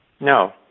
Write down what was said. No